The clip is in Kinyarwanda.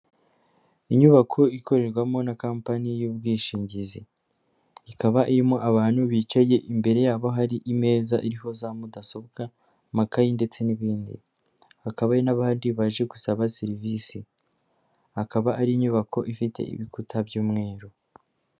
Inyubako ikorerwamo na Kampani y'ubwishingizi, ikaba irimo abantu bicaye imbere yabo hari imeza iriho za mudasobwa amakayi ndetse n'ibindi, hakaba n'abandi baje gusaba serivisi, akaba ari inyubako ifite ibikuta by'umweru.